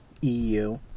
EU